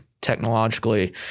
technologically